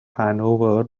hanover